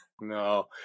no